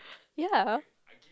ya